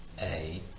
eight